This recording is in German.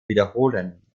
wiederholen